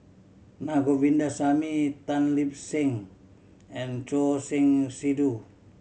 Naa Govindasamy Tan Lip Seng and Choor Singh Sidhu